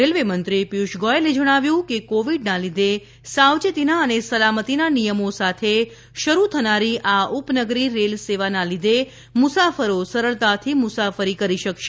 રેલવેમંત્રી પિયુષ ગોયલે જણાવ્યું છે કે કોવિડના લીધે સાવચેતીના અને સલામતીના નિયમો સાથે શરૂ થનારી આ ઉપનગરી રેલ સેવાના લીધે મુસાફરો સરળતાથી મુસાફરી કરી શકશે